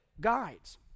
guides